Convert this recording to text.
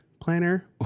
planner